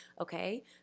Okay